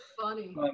funny